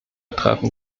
treffen